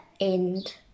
end